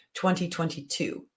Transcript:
2022